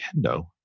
Nintendo